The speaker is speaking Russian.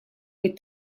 быть